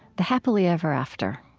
the happily ever after.